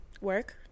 work